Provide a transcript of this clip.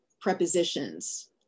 prepositions